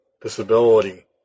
disability